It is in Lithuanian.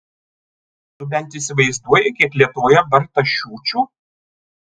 tu bent įsivaizduoji kiek lietuvoje bartašiūčių